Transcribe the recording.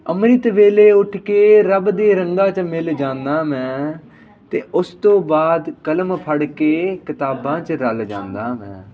ਅੰਮ੍ਰਿਤ ਵੇਲੇ ਉੱਠ ਕੇ ਰੱਬ ਦੇ ਰੰਗਾਂ 'ਚ ਮਿਲ ਜਾਂਦਾ ਮੈਂ ਅਤੇ ਉਸ ਤੋਂ ਬਾਅਦ ਕਲਮ ਫੜ ਕੇ ਕਿਤਾਬਾਂ 'ਚ ਰਲ ਜਾਂਦਾ ਮੈਂ